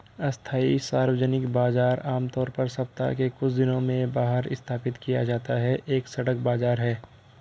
अस्थायी सार्वजनिक बाजार, आमतौर पर सप्ताह के कुछ दिनों में बाहर स्थापित किया जाता है, एक सड़क बाजार है